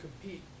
compete